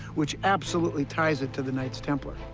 which absolutely ties it to the knights templar.